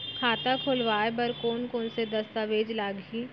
खाता खोलवाय बर कोन कोन से दस्तावेज लागही?